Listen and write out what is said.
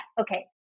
Okay